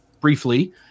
briefly